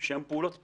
שהן פעולות פנימיות,